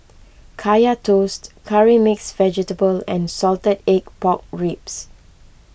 Kaya Toast Curry Mixed Vegetable and Salted Egg Pork Ribs